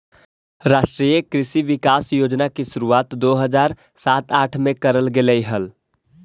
राष्ट्रीय कृषि विकास योजना की शुरुआत दो हज़ार सात आठ में करल गेलइ हल